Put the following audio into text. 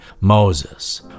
Moses